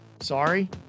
sorry